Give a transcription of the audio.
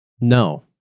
No